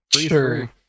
Sure